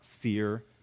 fear